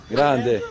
Grande